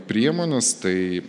priemonės tai